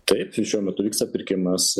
taip šiuo metu vyksta pirkimas